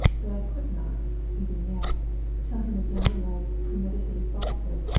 that i could not, even yet tell him a downright premeditated falsehood,